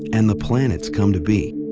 and the planets come to be?